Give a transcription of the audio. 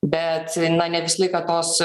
bet na ne visą laiką tos